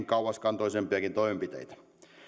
kauaskantoisempiakin toimenpiteitä